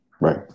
Right